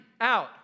out